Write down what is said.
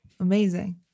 Amazing